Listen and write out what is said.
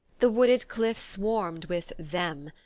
the wooded cliff swarmed with them,